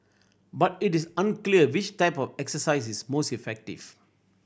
but it is unclear which type of exercise is most effective